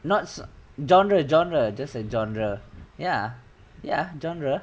not so~ genre genre just a genre ya ya genre